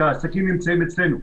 כי העסקים נמצאים אצלנו.